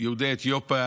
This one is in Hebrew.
יהודי אתיופיה